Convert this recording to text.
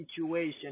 situation